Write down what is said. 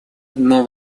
одно